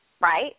right